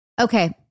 Okay